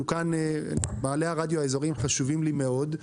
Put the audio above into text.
בעלי הרדיו האזוריים חשובים לי מאוד,